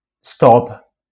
stop